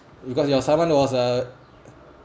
because you are someone who was uh